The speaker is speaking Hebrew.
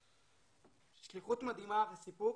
שליחות מדהימה וסיפוק.